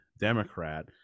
Democrat